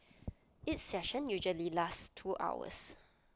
each session usually lasts two hours